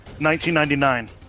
1999